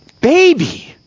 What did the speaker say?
baby